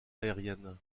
aériennes